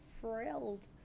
thrilled